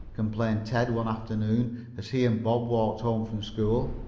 complained ted one afternoon as he and bob walked home from school.